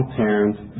parents